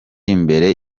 imbere